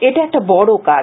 এটা একটা বড় কাজ